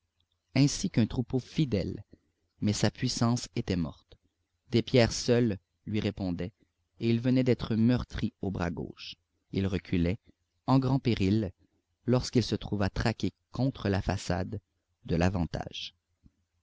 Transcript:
ainsi qu'un troupeau fidèle mais sa puissance était morte des pierres seules lui répondaient et il venait d'être meurtri au bras gauche il reculait en grand péril lorsqu'il se trouva traqué contre la façade de l'avantage